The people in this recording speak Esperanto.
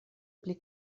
pli